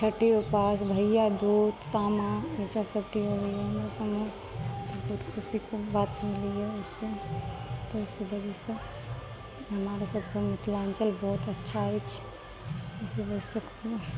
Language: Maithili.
छठि उपास भैया दूज सामा ई सब चीज होइया हमर सबमे बहुत खुशीके बात मिलैया ताहि वजह से हमरा सबके मिथिलांचल बहुत अच्छा अछि वजह से